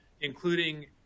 including